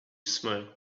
smoke